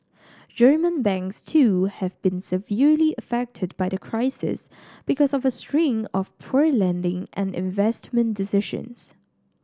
German banks too have been severely affected by the crisis because of a string of poor lending and investment decisions